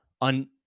on